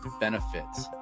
benefits